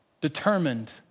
determined